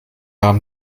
haben